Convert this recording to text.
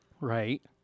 Right